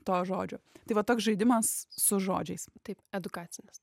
to žodžio tai va toks žaidimas su žodžiais taip edukacijos